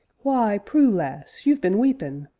why, prue, lass, you've been weepin'!